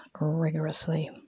rigorously